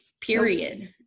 period